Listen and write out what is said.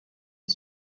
est